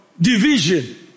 division